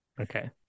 okay